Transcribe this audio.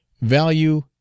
value